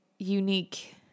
Unique